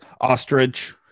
Ostrich